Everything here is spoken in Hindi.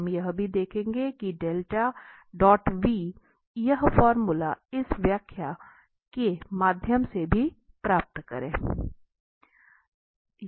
हम यह भी देखेंगे कि 𝛻⋅𝑣⃗ यह फार्मूला इस व्याख्या के माध्यम से भी प्राप्त करें